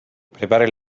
prepare